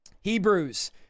Hebrews